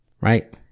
right